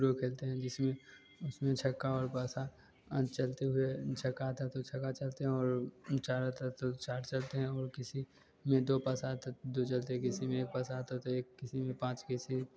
ludo खेलते हैं जिसमें उसमें छक्का और पासा चलते हुए छक्का आता है तो छक्का चलते हैं और चार आता है तो चार चलते हैं और किसी में दो पासा आता है तो दो चलते हैं किसी में एक पासा आता है तो एक किसी में पाँच